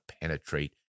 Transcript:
penetrate